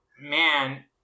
Man